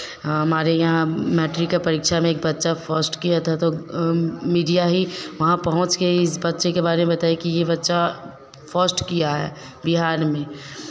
हाँ हमारे यहाँ मैट्रिक का परीक्षा में एक बच्चा फर्स्ट किया था तो मीडिया ही वहाँ पहुँच के ही इस बच्चे के बारे में बताई कि ये बच्चा फर्स्ट किया है बिहार में